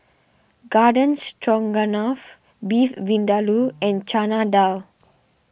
Garden Stroganoff Beef Vindaloo and Chana Dal